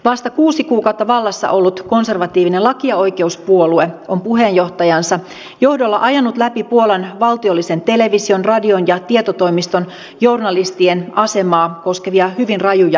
vasta kuusi kuukautta vallassa ollut konservatiivinen laki ja oikeus puolue on puheenjohtajansa johdolla ajanut läpi puolan valtiollisen television radion ja tietotoimiston journalistien asemaa koskevia hyvin rajuja heikennyksiä